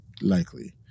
likely